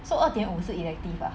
so 二点五是 elective ah